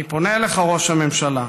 אני פונה אליך, ראש הממשלה,